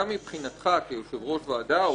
גם מבחינתך כיושב-ראש ועדה,